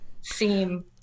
seem